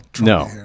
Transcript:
No